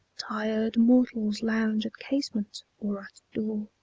tired mortals lounge at casement or at door,